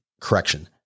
correction